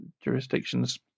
jurisdictions